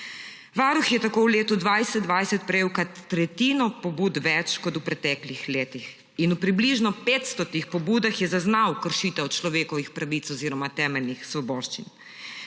Varuh je tako v letu 2020 prejel kar tretjino pobud več kot v preteklih letih in v približno 500 pobudah je zaznal kršitev človekovih pravic oziroma temeljnih svoboščin.